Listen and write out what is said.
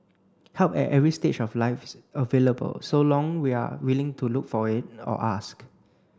help at every stage of life is available so long we are willing to look for it or ask